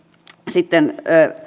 sitten